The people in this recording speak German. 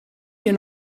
wir